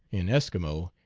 in eskimo,